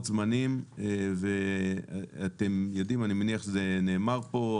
זמנים ואתם יודעים אני מניח שזה נאמר פה,